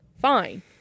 Fine